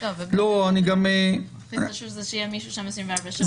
יותר חשוב שיהיה שם מישהו 24 שעות.